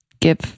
give